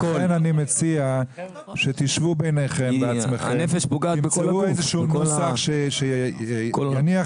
לכן אני מציע שתשבו ביניכם ותמצאו נוסח שיניח